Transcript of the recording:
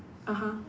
(uh huh)